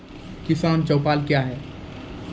किसान चौपाल क्या हैं?